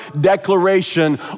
declaration